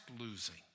losing